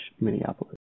Minneapolis